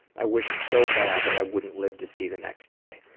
i wished so bad that i wouldn't live to see the next day,